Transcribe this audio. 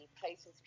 places